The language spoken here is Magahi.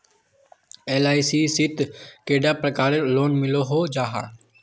एल.आई.सी शित कैडा प्रकारेर लोन मिलोहो जाहा?